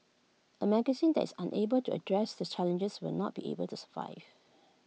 A magazine that is unable to address the challenges will not be able to survive